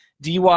DY